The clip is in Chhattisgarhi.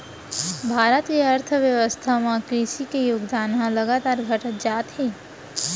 भारत के अर्थबेवस्था म कृसि के योगदान ह लगातार घटत जात हे